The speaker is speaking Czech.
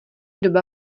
doba